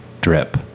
drip